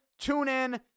TuneIn